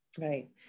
Right